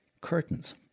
Curtains